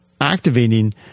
activating